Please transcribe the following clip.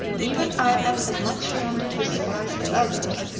even i am as much surrounded with spies as others,